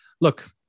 look